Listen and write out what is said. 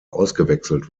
ausgewechselt